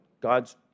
God's